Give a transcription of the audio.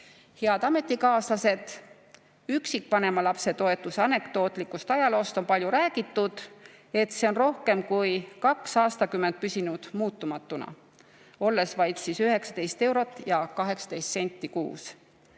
Head ametikaaslased! Üksikvanema lapse toetuse anekdootlikust ajaloost on palju räägitud. See on rohkem kui kaks aastakümmet püsinud muutumatuna – 19 eurot ja 18 senti kuus.